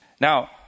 Now